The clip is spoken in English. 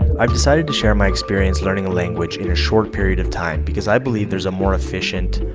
i've decided to share my experience learning a language in a short period of time, because i believe there is a more efficient,